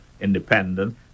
independent